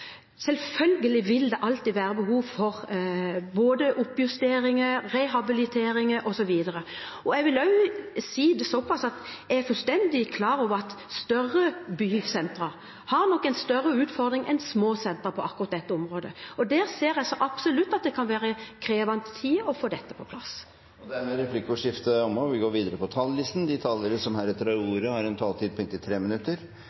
Selvfølgelig vil det alltid være behov for både oppjusteringer, rehabiliteringer osv. Jeg er fullstendig klar over at større bysentra nok har en større utfordring enn små sentra på akkurat dette området, og jeg ser så absolutt at det kan være krevende å få dette på plass. Replikkordskiftet er dermed omme. De talere som heretter får ordet, har en taletid på